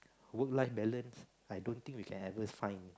work life balance I don't think we can ever find